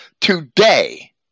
today